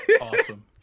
Awesome